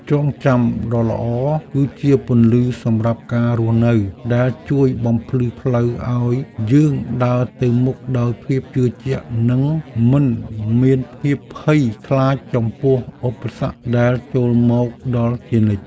ចងចាំដ៏ល្អគឺជាពន្លឺសម្រាប់ការរស់នៅដែលជួយបំភ្លឺផ្លូវឱ្យយើងដើរទៅមុខដោយភាពជឿជាក់និងមិនមានភាពភ័យខ្លាចចំពោះឧបសគ្គដែលចូលមកដល់ជានិច្ច។